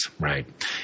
Right